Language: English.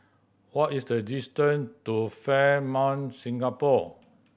what is the distance to Fairmont Singapore